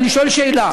אני שואל שאלה.